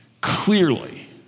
Clearly